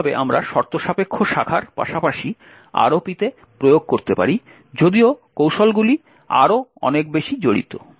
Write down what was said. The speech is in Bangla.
একইভাবে আমরা শর্তসাপেক্ষ শাখার পাশাপাশি ROPতে প্রয়োগ করতে পারি যদিও কৌশলগুলি আরও অনেক বেশি জড়িত